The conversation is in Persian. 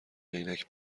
عینک